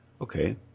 Okay